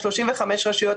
35 רשויות,